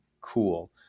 cool